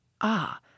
Ah